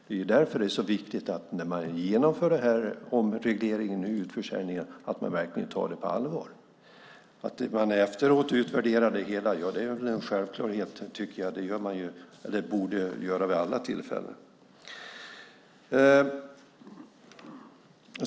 Därför är det så viktigt när man nu genomför omregleringen och utförsäljningen att man verkligen tar det på allvar. Att man efteråt utvärderar det hela är en självklarhet. Det borde man göra vid alla tillfällen.